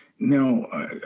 Now